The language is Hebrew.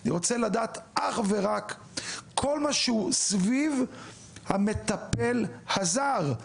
אני רוצה לדעת אך ורק כל מה שסביב המטפל הזר,